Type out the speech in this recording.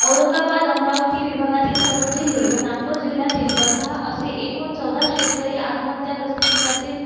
औरंगाबाद अमरावती विभागातील सर्व जिल्हे व नागपूर जिल्ह्यातील वर्धा असे एकूण चौदा शेतकरी आत्महत्याग्रस्त जिल्ह्यातील